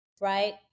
right